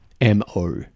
mo